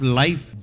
life